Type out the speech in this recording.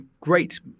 great